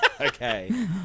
Okay